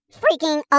freaking